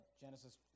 Genesis